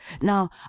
Now